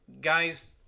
guys